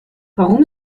warum